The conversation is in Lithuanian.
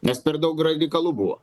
nes per daug radikalu buvo